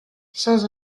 sans